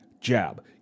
jab